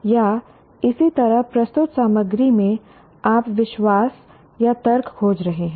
या इसी तरह प्रस्तुत सामग्री में आप विश्वास या तर्क खोज रहे हैं